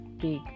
big